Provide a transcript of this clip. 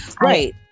Right